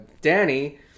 Danny